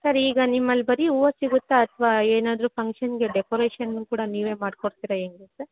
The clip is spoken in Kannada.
ಸರ್ ಈಗ ನಿಮ್ಮಲ್ಲಿ ಬರೀ ಹೂವ ಸಿಗುತ್ತಾ ಅಥವಾ ಏನಾದ್ರೂ ಫಂಕ್ಷನ್ಗೆ ಡೆಕೊರೇಷನ್ ಕೂಡ ನೀವೇ ಮಾಡ್ಕೊಡ್ತೀರಾ ಹೆಂಗೆ ಸರ್